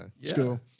school